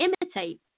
Imitate